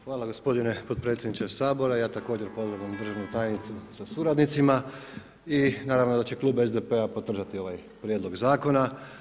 Hvala gospodine potpredsjedniče Sabora, ja također pozdravljam državnu tajnicu sa suradnicima i naravno da će Klub SDP-a podržati ovaj prijedlog zakona.